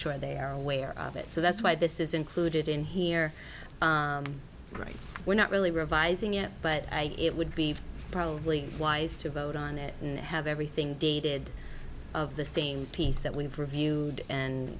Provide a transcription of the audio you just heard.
sure they are aware of it so that's why this is included in here right we're not really revising it but it would be probably wise to vote on it and have everything dated of the same piece that we reviewed and